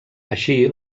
així